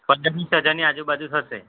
પંદર વીસ હજારની આજુબાજુ થશે